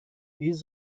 dies